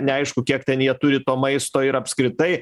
neaišku kiek ten jie turi to maisto ir apskritai